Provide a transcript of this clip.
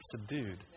subdued